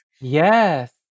Yes